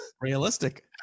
Realistic